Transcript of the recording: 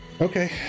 Okay